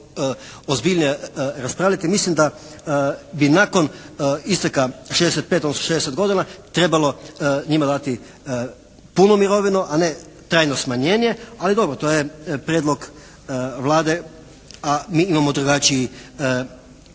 ozbiljnije raspraviti. Mislim da bi nakon isteka 65, odnosno 60 godina trebalo njima dati punu mirovinu, a ne trajno smanjenje. Ali dobro, to je prijedlog Vlade, a mi imamo drugačiji